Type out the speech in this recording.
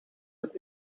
het